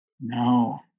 No